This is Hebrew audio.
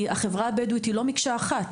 כי החברה הבדואית היא לא מקשה אחת,